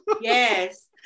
yes